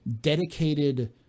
dedicated